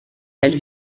elle